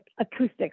acoustics